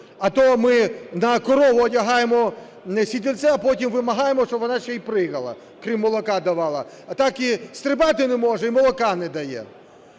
А то ми на корову одягаємо сідельце, а потім вимагаємо, щоб вона ще й прыгала, крім молока давала. А так і стрибати не може, і молока не дає.